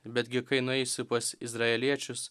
betgi kai nueisiu pas izraeliečius